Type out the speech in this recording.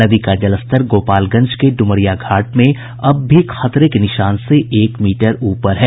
नदी का जलस्तर गोपालगंज के डुमरिया घाट में अब भी खतरे के निशान से एक मीटर ऊपर है